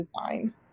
design